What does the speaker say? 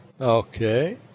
Okay